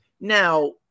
now